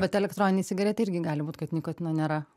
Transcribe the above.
bet elektroninėj cigaretėj irgi gali būt kad nikotino nėra